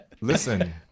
Listen